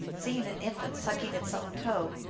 seeing an infant sucking its own toe,